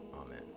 Amen